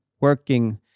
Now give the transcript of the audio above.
working